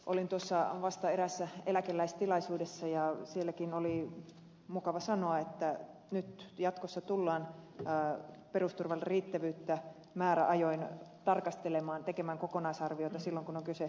olin tuossa vasta eräässä eläkeläistilaisuudessa ja sielläkin oli mukava sanoa että nyt jatkossa tullaan perusturvan riittävyyttä määräajoin tarkastelemaan tekemään kokonaisarviota silloin kun on kyse